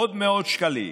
עוד מאות שקלים,